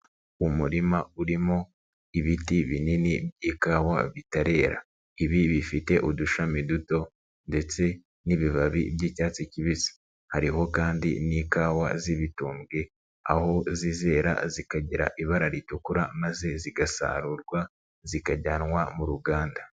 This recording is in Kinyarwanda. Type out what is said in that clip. Umurima urimo ibiti binini by'ikawa bitarera, ibi bifite udushami duto ndetse n'ibibabi by'icyatsi kibisi, hariho kandi n'ikawa z'ibitumbwe aho zizera zikagira ibara ritukura maze zigasarurwa zikajyanwa mu ruganda.